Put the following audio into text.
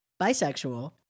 Bisexual